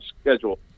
schedule